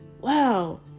wow